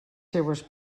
seues